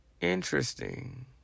Interesting